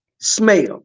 smell